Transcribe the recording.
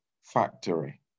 factory